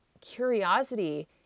curiosity